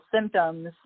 symptoms